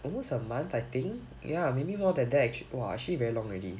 almost a month I think ya maybe more than that act~ !wah! actually very long already